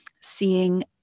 seeing